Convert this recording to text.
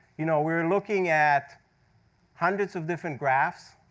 you know we're looking at hundreds of different graphs,